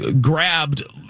grabbed